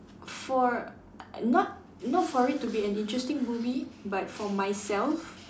for not not for it to be an interesting movie but for myself